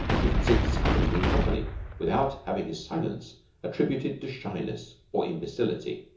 he could sit silent in company without having his silence attributed to shyness or imbecility.